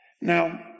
Now